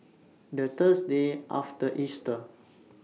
The Thursday after Easter